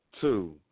Two